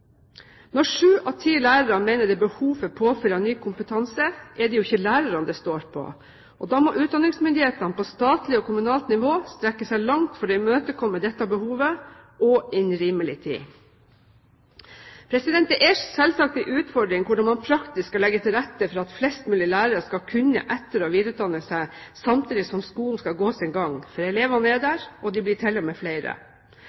Når sju av ti lærere mener det er behov for påfyll av ny kompetanse, er det jo ikke lærerne det står på. Da må utdanningsmyndighetene på statlig og kommunalt nivå strekke seg langt for å imøtekomme dette behovet innen rimelig tid. Det er selvsagt en utfordring hvordan man praktisk skal legge til rette for at flest mulig lærere skal kunne etter- og videreutdanne seg, samtidig som skolen skal gå sin gang, for elevene er